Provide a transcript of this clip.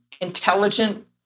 intelligent